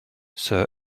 sir